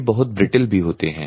ये बहुत ब्रिटेल भी होते हैं